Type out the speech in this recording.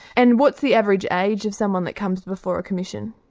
and what's the average age of someone that comes before a commission?